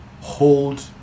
hold